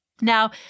Now